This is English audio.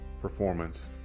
performance